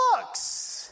books